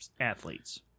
athletes